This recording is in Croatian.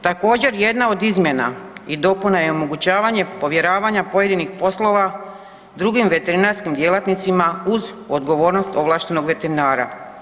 Također jedna od izmjena i dopuna je omogućavanje povjeravanja pojedinih poslova drugim veterinarskim djelatnicima uz odgovornost ovlaštenog veterinara.